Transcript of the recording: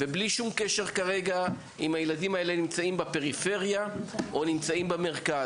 ובלי שום קשר כרגע אם הילדים האלה נמצאים בפריפריה או במרכז.